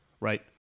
Right